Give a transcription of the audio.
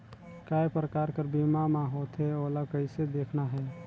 काय प्रकार कर बीमा मा होथे? ओला कइसे देखना है?